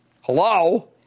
Hello